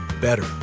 better